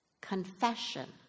Confession